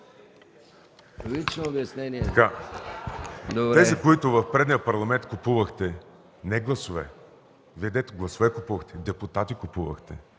ЧУКОЛОВ (Атака): Тези, които в предния Парламент купувахте, не гласове, Вие, дето гласове купувахте, депутати купувахте,